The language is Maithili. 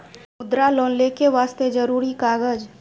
मुद्रा लोन लेके वास्ते जरुरी कागज?